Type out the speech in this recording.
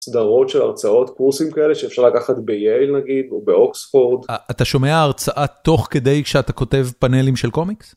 סדרות של הרצאות, קורסים כאלה, שאפשר לקחת בייל נגיד או באוקספורד. אתה שומע הרצאה תוך כדי שאתה כותב פאנלים של קומיקס?